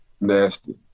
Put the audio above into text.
Nasty